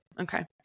Okay